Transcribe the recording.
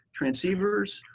transceivers